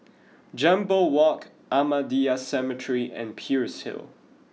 Jambol Walk Ahmadiyya Cemetery and Peirce Hill